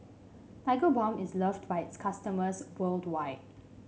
Tigerbalm is loved by its customers worldwide